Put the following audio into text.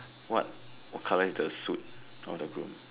what what color is the suit of the groom